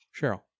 Cheryl